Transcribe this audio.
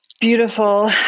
beautiful